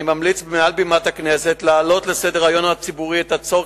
אני ממליץ מעל בימת הכנסת להעלות לסדר-היום הציבורי את הצורך